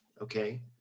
okay